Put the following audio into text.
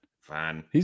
Fine